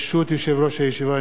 ברשות יושב-ראש הישיבה,